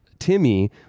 Timmy